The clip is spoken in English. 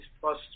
plus